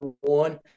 one